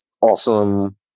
awesome